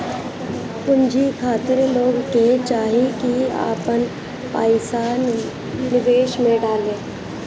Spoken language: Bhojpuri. पूंजी खातिर लोग के चाही की आपन पईसा निवेश में डाले